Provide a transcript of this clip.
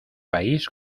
país